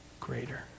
greater